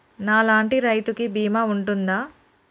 నా లాంటి రైతు కి బీమా ఉంటుందా?